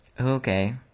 Okay